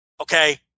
okay